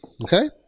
Okay